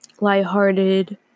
lighthearted